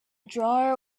drawer